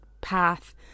path